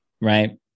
right